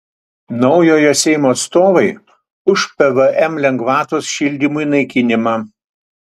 naujojo seimo atstovai už pvm lengvatos šildymui naikinimą